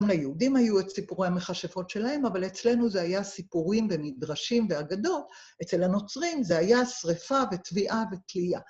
‫היהודים היו את סיפורי המכשפות שלהם, ‫אבל אצלנו זה היה סיפורים ומדרשים ואגדות, אצל הנוצרים ‫זה היה שריפה וטביעה ותליה.